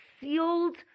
sealed